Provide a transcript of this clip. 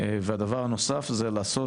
והדבר הנוסף זה ליצר,